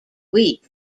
week